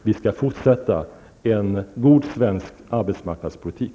Vi skall fortsätta med en god svensk arbetsmarknadspolitik.